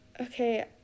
Okay